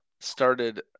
started